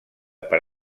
per